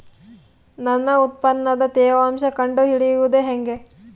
ನನ್ನ ಉತ್ಪನ್ನದ ತೇವಾಂಶ ಕಂಡು ಹಿಡಿಯುವುದು ಹೇಗೆ?